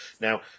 now